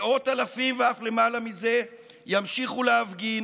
מאות אלפים ואף למעלה מזה ימשיכו להפגין,